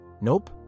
Nope